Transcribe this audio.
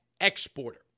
exporter